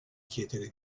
chiedere